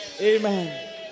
Amen